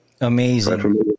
Amazing